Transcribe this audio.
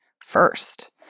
first